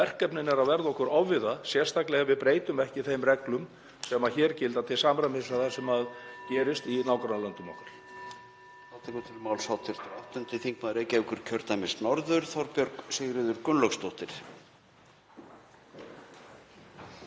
verkefnin eru að verða okkur ofviða, sérstaklega ef við breytum ekki þeim reglum sem hér gilda til samræmis við það sem gerist í nágrannalöndum okkar.